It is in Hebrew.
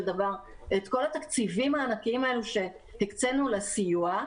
דבר את כל התקציבים הענקיים האלו שהקצנו לסיוע,